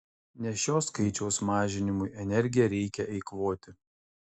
ne šio skaičiaus mažinimui energiją reikia eikvoti